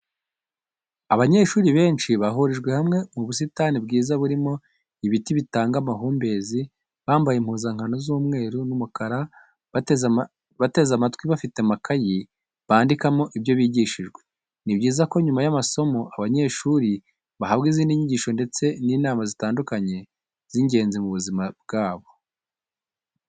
Abanyeshuri benshi bahurijwe hamwe mu busitani bwiza burimo ibiti bitanga amahumbezi bambaye impuzankano z'umweru n'umukara bateze amatwi bafite amakayi bandikamo ibyo bigishijwe. Ni byiza ko nyuma y'amasomo abanyeshuri bahabwa izindi nyigisho ndetse n'inama zitandukanye z'ingenzi mu buzima bwabo.